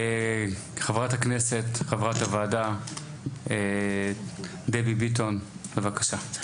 חברת הכנסת חברת הוועדה דבי ביטון בבקשה.